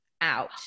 out